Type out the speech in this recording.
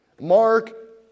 Mark